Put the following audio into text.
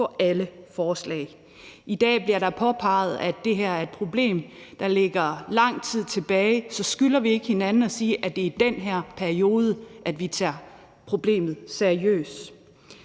for alle forslag. I dag bliver det påpeget, at det her er et problem, der ligger lang tid tilbage, så skylder vi ikke hinanden at sige, at det er i den her periode, at vi tager problemet seriøst?